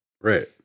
right